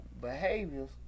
behaviors